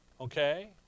Okay